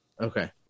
Okay